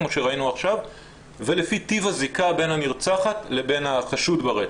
כמו שראינו עכשיו ולפי טיב הזיקה בין הנרצחת לבין החשוד ברצח,